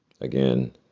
Again